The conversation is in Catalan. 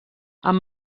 amb